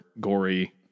gory